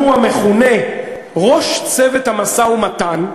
המכונה ראש צוות המשא-ומתן,